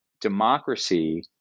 democracy